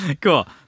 Cool